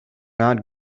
not